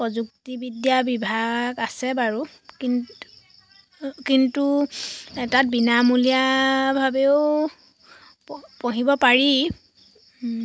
প্ৰযুক্তিবিদ্যা বিভাগ আছে বাৰু কিন্তু তাত বিনামূলীয়াভাৱেও পঢ়িব পাৰি